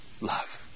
love